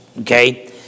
Okay